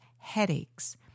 headaches